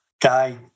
guy